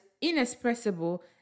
inexpressible